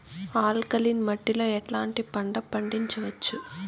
Alkaline మట్టి లో ఎట్లాంటి పంట పండించవచ్చు,?